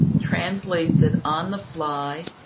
translates it on the fly,